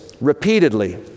repeatedly